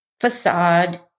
facade